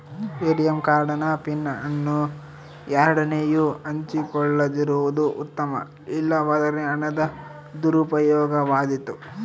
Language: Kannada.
ಏಟಿಎಂ ಕಾರ್ಡ್ ನ ಪಿನ್ ಅನ್ನು ಯಾರೊಡನೆಯೂ ಹಂಚಿಕೊಳ್ಳದಿರುವುದು ಉತ್ತಮ, ಇಲ್ಲವಾದರೆ ಹಣದ ದುರುಪಯೋಗವಾದೀತು